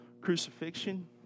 crucifixion